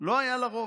לא היה לה רוב,